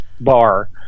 bar